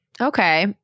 Okay